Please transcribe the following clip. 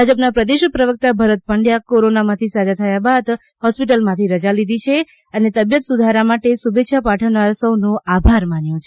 ભાજપના પ્રદેશ પ્રવકતા ભરત પંડ્યા કોરોનામાથી સાજા થયા બાદ હોસ્પિટલમાથી રજા લીધી છે અને તબિયત સુધારા માટે શુભે ચ્છા પાઠવનાર સૌનો આભાર માન્યો છે